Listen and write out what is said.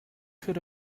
could